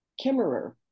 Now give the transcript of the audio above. kimmerer